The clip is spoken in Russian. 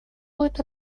будет